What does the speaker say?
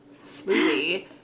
smoothie